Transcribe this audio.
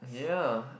yeah